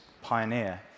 pioneer